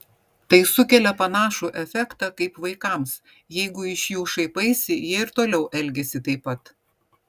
tai sukelia panašų efektą kaip vaikams jeigu iš jų šaipaisi jie ir toliau elgiasi taip pat